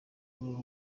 uru